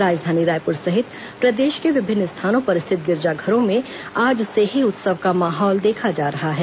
राजधानी रायपुर सहित प्रदेश के विभिन्न स्थानों पर स्थित गिरिजाघरों में आज से ही उत्सव का माहौल देखा जा रहा है